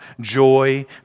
joy